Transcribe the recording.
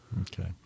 Okay